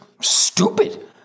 stupid